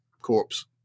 corpse